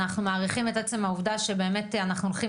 אנחנו מעריכים את עצם העובדה שבאמת אנחנו הולכים